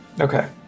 Okay